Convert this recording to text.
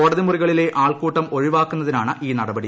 കോടതി മുറികളിലെ ആൾക്കൂട്ടം ഒഴിവാക്കുന്നതിനായാണ് നടപടി